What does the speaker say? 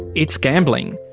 it's gambling.